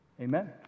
Amen